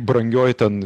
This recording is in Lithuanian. brangioj ten